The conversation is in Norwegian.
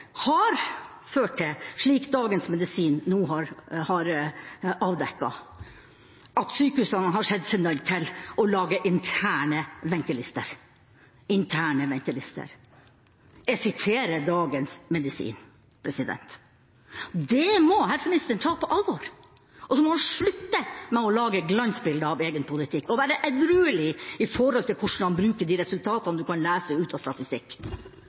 har ført til, slik Dagens Medisin nå har avdekket, at sykehusene har sett seg nødt til å lage interne ventelister – interne ventelister, jeg siterer Dagens Medisin. Det må helseministeren ta på alvor, og så må han slutte å lage glansbilde av egen politikk og være edruelig i måten han bruker resultatene man kan lese ut av statistikk,